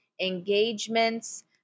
engagements